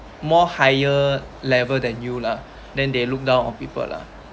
more higher level than you lah then they look down on people lah